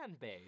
base